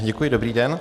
Děkuji, dobrý den.